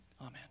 Amen